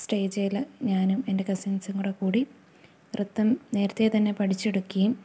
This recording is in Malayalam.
സ്റ്റേജേല് ഞാനും എൻ്റെ കസിൻസും കൂടെക്കൂടി നൃത്തം നേരത്തെ തന്നെ പഠിച്ചെടുക്കുകയും